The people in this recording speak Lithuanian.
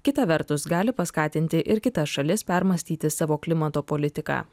kita vertus gali paskatinti ir kitas šalis permąstyti savo klimato politiką